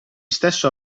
stesso